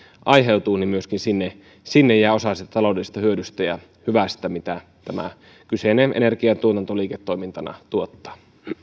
aiheutuu myöskin jää osa siitä taloudellisesta hyödystä ja hyvästä mitä tämä kyseinen energiantuotanto liiketoimintana tuottaa